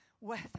weather